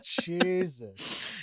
Jesus